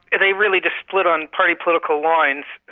and they really just split on party political lines,